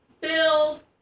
bills